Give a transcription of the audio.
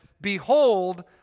Behold